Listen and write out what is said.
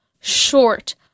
short